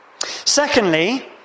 Secondly